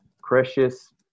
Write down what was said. precious